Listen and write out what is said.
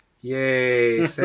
Yay